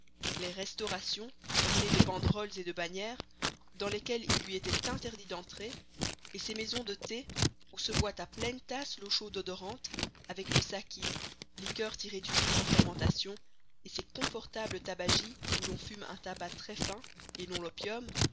les restaurations ornées de banderoles et de bannières dans lesquelles il lui était interdit d'entrer et ces maisons de thé où se boit à pleine tasse l'eau chaude odorante avec le saki liqueur tirée du riz en fermentation et ces confortables tabagies où l'on fume un tabac très fin et non l'opium